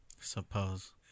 suppose